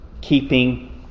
keeping